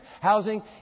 housing